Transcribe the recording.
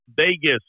Vegas